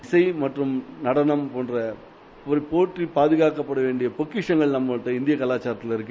இசை மற்றம் நடனம் போன்றவை போற்றி பாதகாக்கப்படவேண்டிய பொக்கிஷங்கள் நமது இந்திய கலாச்சாரத்தில் உள்ளது